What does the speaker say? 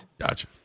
Gotcha